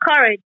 courage